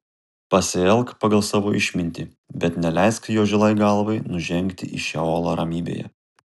pasielk pagal savo išmintį bet neleisk jo žilai galvai nužengti į šeolą ramybėje